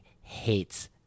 hates